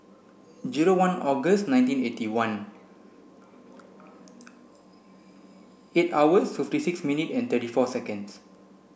zero one August nineteen eighty one eight hours to fifty six minute and thirty four seconds